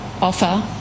offer